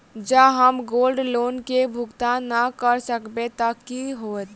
जँ हम gold loan केँ भुगतान न करऽ सकबै तऽ की होत?